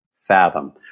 fathom